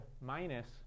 minus